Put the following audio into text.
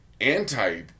anti